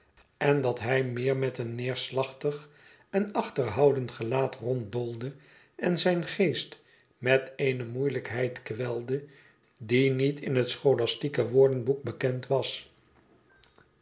en dat hij meer met een neerslachtig en achterhoudend gelaat ronddoolde en zijn geest met eene moeilijkheid kwelde die niet in het scholastieke woordenboek bekend was